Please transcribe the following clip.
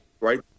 Right